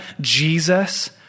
Jesus